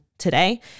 today